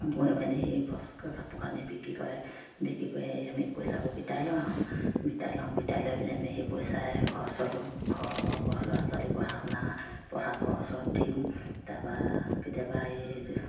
বয় মেলি সেই ব কাপোৰ কানি বিক্ৰী কৰে বিক্ৰী কৰি আমি পইচাবোৰ বিতাই লওঁ আৰু বিতাই লওঁ বিতাই লৈ পিনে আমি সেই পইচাৰেই ঘৰ চলোঁ ঘৰৰ ল'ৰা ছোৱালী পঢ়া শুনা পঢ়া খৰচত দিওঁ তাপা কেতিয়াবা এই